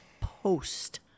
post